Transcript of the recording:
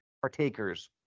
partakers